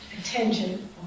attention